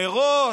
נרות,